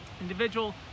individual